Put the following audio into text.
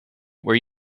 where